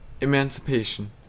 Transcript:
Emancipation